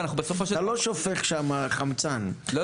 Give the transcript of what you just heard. אתה לא שופך שם חמצן, נכון?